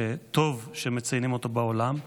שטוב שמציינים אותו בעולם.